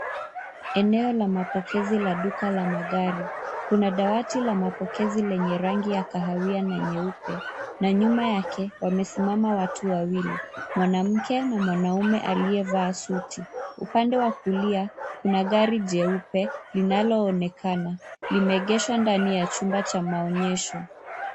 Eneo la mapokezi la maduka ya magari. Kuna dawati la mapozi lenye rangi ya kahawia na nyeupe na nyuma yake wamesimama watu wawili mwanamke na mwanamme aliye vaa suti. Upande wa kulia, kuna gari jeupe linaloonekana. Limeegeshwa ndani ya chumba cha maonyesho.